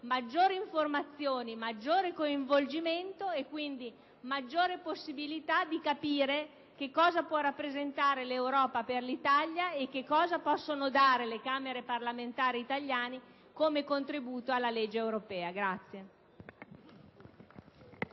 maggiori informazioni, maggiore coinvolgimento e quindi con maggiore possibilità di capire che cosa può rappresentare l'Europa per l'Italia e che cosa possono dare le Camere parlamentari italiane come contributo alla legge europea.